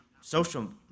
social